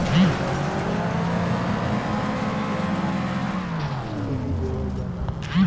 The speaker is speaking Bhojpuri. विकलांग आदमी के बीमा कम्पनी द्वारा कुछ छूट भी देवल जाला